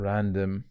Random